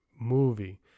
movie